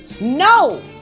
No